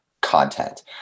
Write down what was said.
content